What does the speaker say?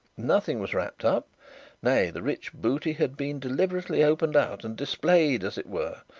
nothing was wrapped up nay, the rich booty had been deliberately opened out and displayed, as it were,